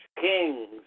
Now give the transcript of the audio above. kings